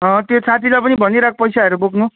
अँ त्यो साथीलाई पनि भनिराख् पैसाहरू बोक्नु